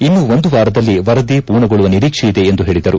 ಇನ್ನು ಒಂದು ವಾರದಲ್ಲಿ ವರದಿ ಪೂರ್ಣಗೊಳ್ಳುವ ನಿರೀಕ್ಷೆ ಇದೆ ಎಂದು ಹೇಳಿದರು